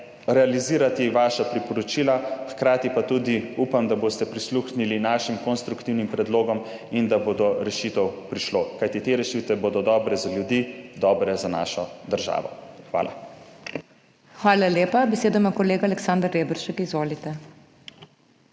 realizirati vaša priporočila. Hkrati pa tudi upam, da boste prisluhnili našim konstruktivnim predlogom in da bo do rešitev prišlo, kajti te rešitve bodo dobre za ljudi, dobre za našo državo. Hvala. **PODPREDSEDNICA MAG. MEIRA HOT:** Hvala lepa. Besedo ima kolega Aleksander Reberšek. Izvolite.